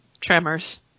Tremors